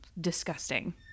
disgusting